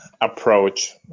approach